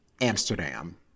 Amsterdam